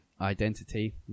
identity